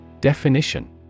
Definition